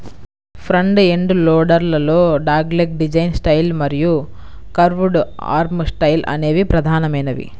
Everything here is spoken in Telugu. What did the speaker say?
ఫ్రంట్ ఎండ్ లోడర్ లలో డాగ్లెగ్ డిజైన్ స్టైల్ మరియు కర్వ్డ్ ఆర్మ్ స్టైల్ అనేవి ప్రధానమైనవి